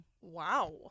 Wow